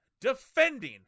defending